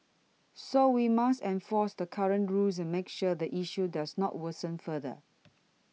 so we must enforce the current rules and make sure the issue does not worsen further